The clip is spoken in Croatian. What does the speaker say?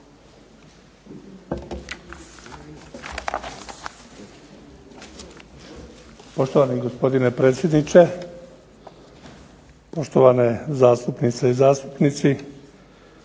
Poštovani gospodine predsjedniče, poštovane zastupnice i zastupnici.